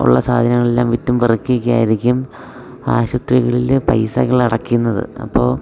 ഉള്ള സാധനങ്ങളെല്ലാം വിറ്റും പെറുക്കിയും ഒക്കെയായിരിക്കും ആശുത്രികളിൽ പൈസകൾ അടയ്ക്കുന്നത് അപ്പോൾ